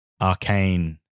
arcane